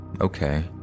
okay